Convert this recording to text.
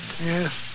Yes